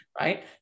right